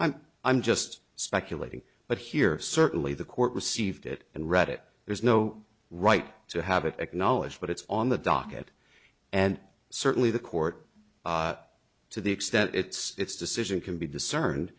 i'm i'm just speculating but here certainly the court received it and read it there's no right to have it acknowledged but it's on the docket and certainly the court to the extent it's decision can be discern